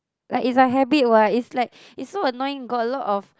like is a habit what is like is so annoying got a lot of